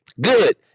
Good